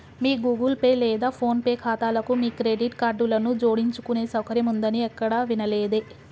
మీ Google Pay లేదా PhonePe ఖాతాలకు మీ క్రెడిట్ కార్డులను జోడించుకునే సౌకర్యం ఉందని ఎక్కడా వినలేదే